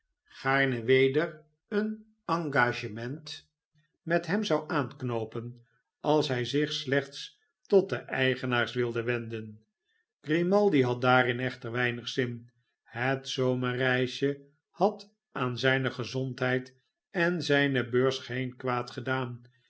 gaarne weder een engagement met hem zou aanknoopen als hij zich slechts tot de eigenaars wilde wenden grimaldi had daarin echter weinig zin het zomerreisje had aan zijne gezondheid en zijne beurs geen kwaad gedaan